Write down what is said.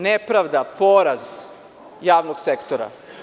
Nepravda, poraz javnog sektora.